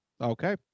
Okay